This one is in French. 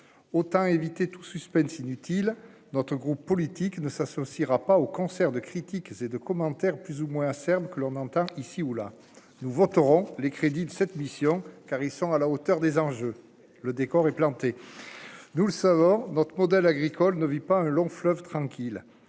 autant éviter tout suspense inutile d'autres groupes politiques ne s'associera pas au concert de critiques et de commentaires plus ou moins acerbes que l'on entend ici ou là, nous voterons les crédits de cette mission, car ils sont à la hauteur des enjeux, le décor est planté, nous le savons, notre modèle agricole ne vit pas un long fleuve tranquille